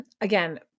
again